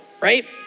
right